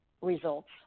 results